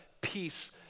peace